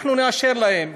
אנחנו נאשר להם.